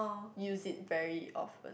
use it very often